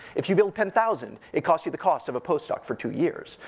if you build ten thousand, it costs you the cost of a postdoc for two years.